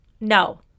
No